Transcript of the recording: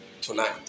tonight